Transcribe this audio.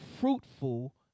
fruitful